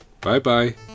Bye-bye